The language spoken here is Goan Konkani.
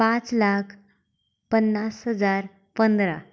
पांच लाख पन्नास हजार पंदरा